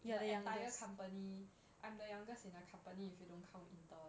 you are the entire company I'm the youngest in our company if you don't come 引导